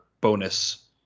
bonus